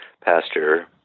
pastor